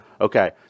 Okay